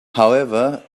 however